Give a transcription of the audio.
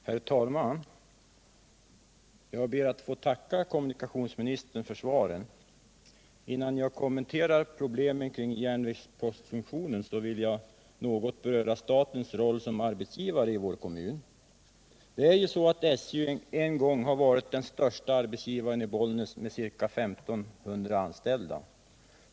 Herr talman! Jag ber att få tacka kommuniktionsministern för svaren. Innan jag kommenterar problemen kring järnvägspostfunktionen vill jag något beröra statens roll som arbetsgivare i vår kommun. Det är ju så att SJ en gång har varit den största arbetsgivaren i Bollnäs med ca 1 500 anställda.